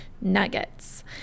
nuggets